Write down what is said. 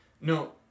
No